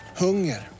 hunger